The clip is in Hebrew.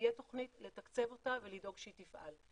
שתהיה תוכנית, לתקצב אותה ולדאוג שהיא תפעל.